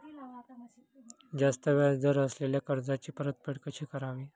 जास्त व्याज दर असलेल्या कर्जाची परतफेड कशी करावी?